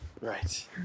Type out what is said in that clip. right